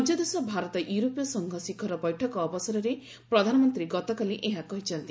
ପଞ୍ଚଦଶ ଭାରତ ୟୁରୋପୀୟ ସଂଘ ଶିଖର ବୈଠକ ଅବସରରେ ପ୍ରଧାନମନ୍ତ୍ରୀ ଗତକାଲି ଏହା କହିଛନ୍ତି